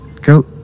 go